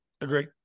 Agree